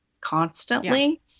constantly